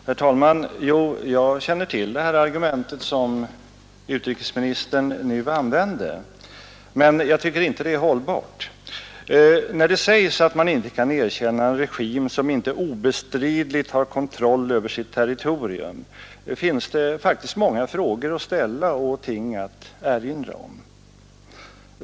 Herr talman! Jag känner till det argument som utrikesministern nu använde, men jag tycker inte att det är hållbart. När det sägs att man inte kan erkänna en regim, som inte obestridligt har kontroll över sitt territorium, finns det många frågor att ställa och ting att erinra om.